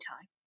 time